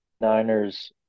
Niners